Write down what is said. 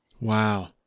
Wow